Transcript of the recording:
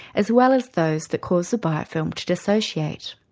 as well as those that cause the biofilm to disassociate.